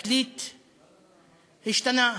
התקליט השתנה,